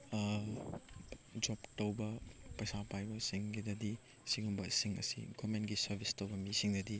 job ꯇꯧꯕ ꯄꯩꯁꯥ ꯄꯥꯏꯕꯁꯤꯡꯒꯤꯗꯗꯤ ꯑꯁꯤꯒꯨꯝꯕꯁꯤꯡ ꯑꯁꯤ ꯒꯣꯕꯔꯃꯦꯟꯒꯤ ꯁꯔꯚꯤꯁ ꯇꯧꯕ ꯃꯤꯁꯤꯡꯅꯗꯤ